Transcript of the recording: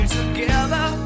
together